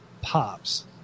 Pops